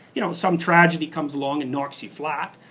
you know, some tragedy comes along and knocks you flat.